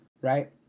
right